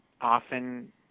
often